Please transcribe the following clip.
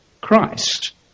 Christ